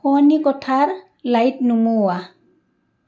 শোৱনি কোঠাৰ লাইট নুমুওৱা